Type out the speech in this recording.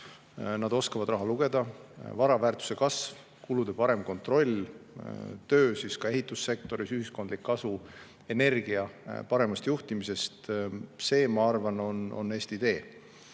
nad oskavad raha lugeda. Vara väärtuse kasv, kulude parem kontroll, töö ehitussektoris, ühiskondlik kasu energia paremast juhtimisest – see, ma arvan, on Eesti tee.